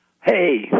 Hey